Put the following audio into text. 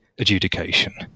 adjudication